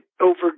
over